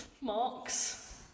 marks